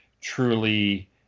truly